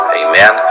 amen